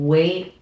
Wait